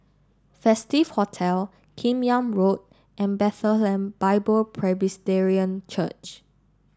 Festive Hotel Kim Yam Road and Bethlehem Bible Presbyterian Church